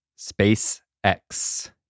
SpaceX